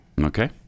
Okay